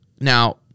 Now